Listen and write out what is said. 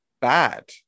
bad